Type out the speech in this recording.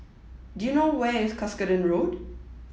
do you know where is Cuscaden Road